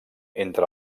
entre